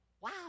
Wow